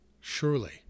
surely